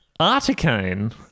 Articane